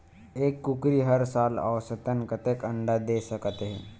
एक कुकरी हर साल औसतन कतेक अंडा दे सकत हे?